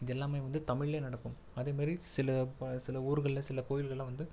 இதெல்லாமே வந்து தமிழ்லேயே நடக்கும் அதேமாரி சில ப சில ஊர்களில் சில கோயிகளெல்லாம் வந்து